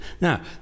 Now